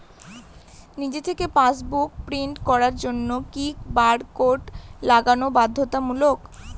নিজে থেকে passbook print করার জন্য কি বারকোড লাগানো বাধ্যতামূলক?